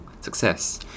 success